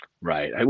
Right